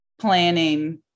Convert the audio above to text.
planning